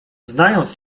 znając